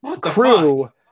crew